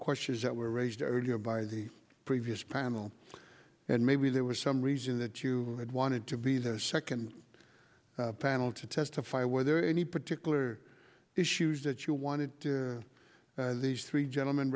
questions that were raised earlier by the previous panel and maybe there was some reason that you wanted to be the second panel to testify were there any particular issues that you wanted these three gentlem